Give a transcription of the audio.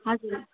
हजुर